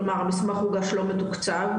כלומר המסמך הוגש לא מתוקצב,